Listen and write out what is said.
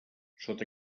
sota